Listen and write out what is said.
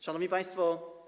Szanowni Państwo!